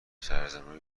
سرزمینای